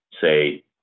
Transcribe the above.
say